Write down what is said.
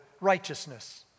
righteousness